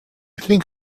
think